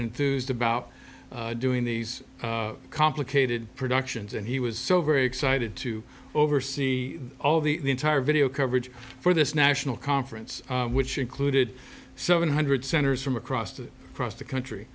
enthused about doing these complicated productions and he was so very excited to oversee all the entire video coverage for this national conference which included seven hundred centers from across the across the country